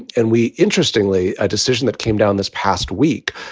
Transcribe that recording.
and we interestingly, a decision that came down this past week,